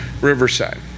Riverside